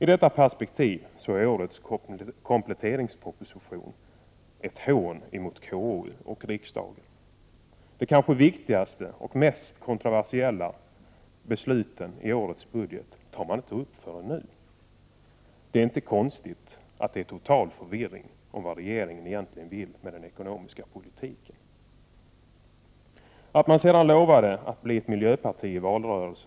I det perspektivet framstår årets kompletteringsproposition som ett hån mot KU och riksdagen. De kanske viktigaste och mest kontroversiella besluten i fråga om årets budget tas inte upp förrän nu. Det är inte konstigt att det råder total förvirring om vad regeringen egentligen vill med den ekonomiska politiken. Löftet från valrörelsen om att man skulle bli ett miljöparti finns